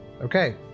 Okay